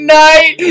night